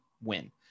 win